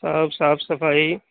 ہاں صاف صفائی